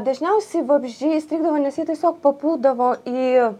dažniausiai vabzdžiai įstrigdavo nes jie tiesiog papuldavo į